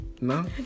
No